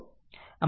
આમ આ એક સમીકરણ છે